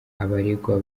abaregwa